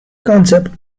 concept